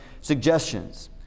suggestions